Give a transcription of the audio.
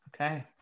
Okay